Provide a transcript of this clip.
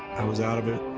i was out of it.